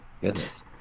Goodness